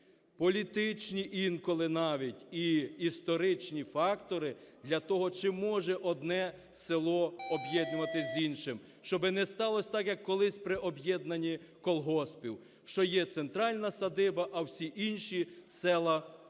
політичні інколи навіть і історичні фактори для того, чи може одне село об'єднуватись з іншим. Щоб не сталося так, як колись при об'єднанні колгоспів. Що є центральна садиба, а всі інші села